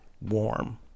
warm